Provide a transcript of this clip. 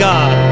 God